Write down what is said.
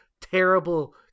terrible